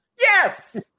Yes